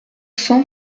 cent